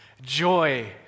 joy